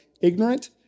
ignorant